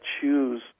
choose